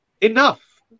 Enough